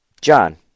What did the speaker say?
John